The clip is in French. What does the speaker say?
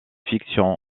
fiction